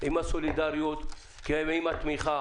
עם הסולידריות ועם התמיכה,